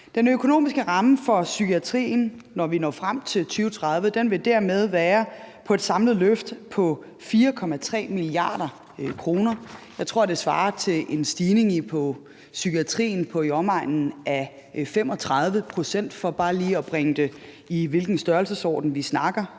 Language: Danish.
Den økonomiske ramme for psykiatrien, når vi når frem til 2030, vil dermed være på et samlet løft på 4,3 mia. kr. Jeg tror, det svarer til en stigning inden for psykiatrien på i omegnen af 35 pct., for bare lige at nævne, hvilken størrelsesorden vi snakker